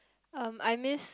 um I miss